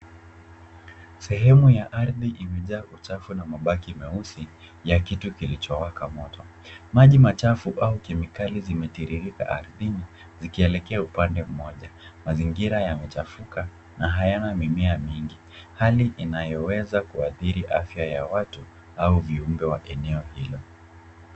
sehemu ya ardhi imejaa uchafu na mabaki meusi ya kitu kilicho waka moto. Maji machafu au kemikali zimetiririka ardhini zikielekea upande mmoja mazingira yamechafuka na hayana mimea mingi hali inayo weza kuadhiri afya ya watu au viumbe wa eneo hilo.